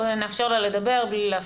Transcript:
נאפשר לה לדבר בלי להפריע.